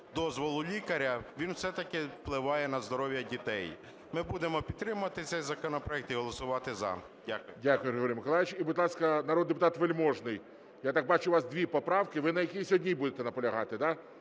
дозволу лікаря, він все-таки впливає на здоров'я дітей. Ми будемо підтримувати цей законопроект і голосувати "за". Дякую. ГОЛОВУЮЧИЙ. Дякую, Григорій Миколайович. І, будь ласка, народний депутат Вельможний. Я так бачу, у вас дві поправки. Ви на якій сьогодні і будете наполягати, да?